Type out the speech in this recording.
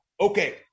Okay